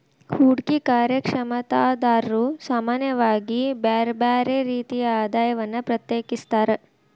ಹೂಡ್ಕಿ ಕಾರ್ಯಕ್ಷಮತಾದಾರ್ರು ಸಾಮಾನ್ಯವಾಗಿ ಬ್ಯರ್ ಬ್ಯಾರೆ ರೇತಿಯ ಆದಾಯವನ್ನ ಪ್ರತ್ಯೇಕಿಸ್ತಾರ್